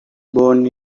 born